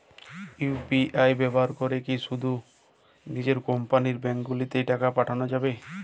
UPI ব্যবহার করে কি শুধু নিজের কোম্পানীর ব্যাংকগুলিতেই টাকা পাঠানো যাবে?